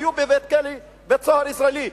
היו בבית-סוהר ישראלי.